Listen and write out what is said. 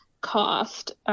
cost